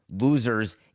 losers